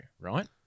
right